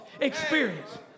experience